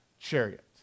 chariot